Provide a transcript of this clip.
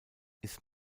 ist